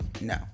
No